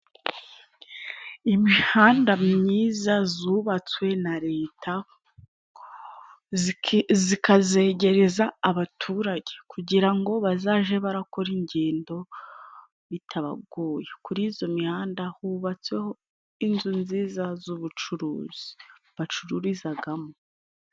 Imihanda myiza yubatswe na Leta, ikayegereza abaturage kugira ngo bazajye barakora ingendo bitabagoye . Kuri iyo mihanda hubatsweho inzu nziza z'ubucuruzi bacururizamo.